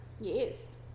Yes